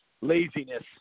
Laziness